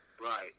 Right